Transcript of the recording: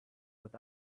but